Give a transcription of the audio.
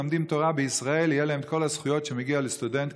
אלה שלומדים תורה בישראל יהיו להם את כל הזכויות שמגיעות לסטודנט,